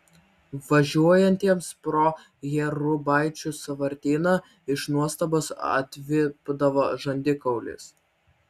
važiuojantiems pro jėrubaičių sąvartyną iš nuostabos atvipdavo žandikaulis